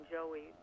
Joey